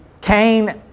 Cain